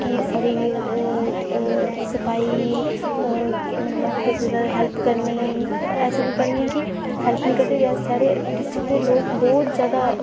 please मतलब साढ़ी सफाई साढ़ी हैल्प करनी ऐसी कोई गल्ल निं ऐ की हैल्प निं करदे ते साढ़ी डिस्ट्रिक्ट दे लोग बहुत जादा